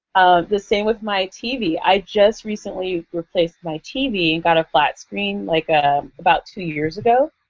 the same with my tv. i just recently replaced my tv and got a flat screen like ah about two years ago.